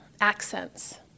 accents